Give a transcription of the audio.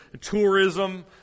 tourism